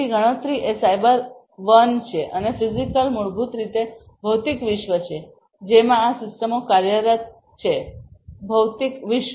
તેથી ગણતરી એ સાયબર વન છે અને ફિઝિકલ મૂળભૂત રીતે ભૌતિક વિશ્વ છે જેમાં આ સિસ્ટમો કાર્યરત છે ભૌતિક વિશ્વ